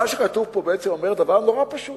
מה שכתוב פה בעצם אומר דבר נורא פשוט.